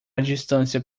distância